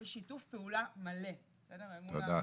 יש שיתוף פעולה מלא אל מול הרשויות.